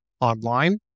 online